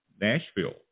Nashville